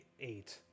eight